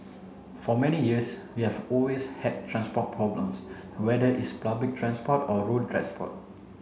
for many years we have always had transport problems whether it's public transport or road transport